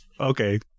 Okay